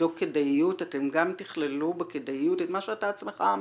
שתבדוק כדאיות אתם גם תכללו בכדאיות את מה שאתה עצמך אמרת,